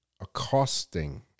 accosting